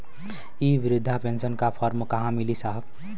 इ बृधा पेनसन का फर्म कहाँ मिली साहब?